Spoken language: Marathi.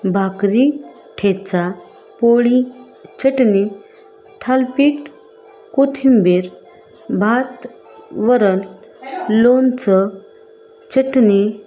भाकरी ठेचा पोळी चटणी थालीपीठ कोथिंबीर भात वरण लोणचं चटणी